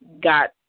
got